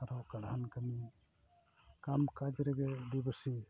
ᱟᱨ ᱦᱚᱸ ᱠᱟᱲᱦᱟᱱ ᱠᱟᱹᱢᱤ ᱠᱟᱢ ᱠᱟᱡᱽ ᱨᱮᱜᱮ ᱟᱹᱫᱤᱵᱟᱹᱥᱤ